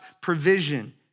provision